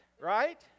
right